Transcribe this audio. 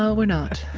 ah we're not